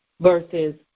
versus